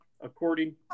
according